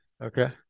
Okay